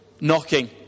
knocking